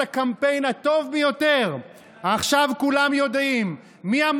קרעי, כשיאיר יהיה ראש